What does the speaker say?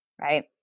right